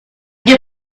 get